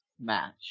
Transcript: match